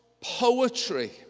poetry